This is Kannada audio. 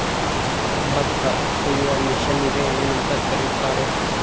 ಭತ್ತ ಕೊಯ್ಯುವ ಮಿಷನ್ನಿಗೆ ಏನಂತ ಕರೆಯುತ್ತಾರೆ?